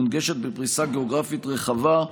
המונגשת בפריסה גיאוגרפית רחבה,